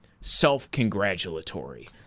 self-congratulatory